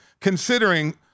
considering